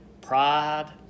Pride